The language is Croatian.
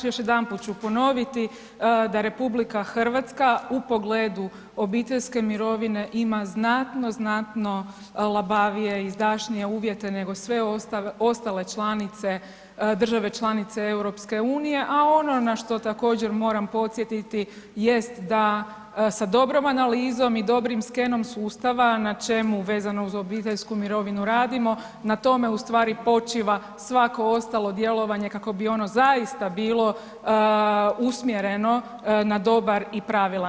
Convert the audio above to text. Još jedanput ću ponoviti da RH u pogledu obiteljske mirovine, ima znatno, znatno labavije i izdašnije uvjete nego sve ostale države članice EU-a a ono na što također moram podsjetiti jest da sa dobrom analizom i dobrim skenom sustava, na čemu vezano uz obiteljsku mirovinu radimo, na tome ustvari počiva svako ostalo djelovanje kako bi ono zaista bilo usmjereno na dobar i pravilan način.